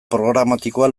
programatikoa